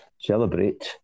celebrate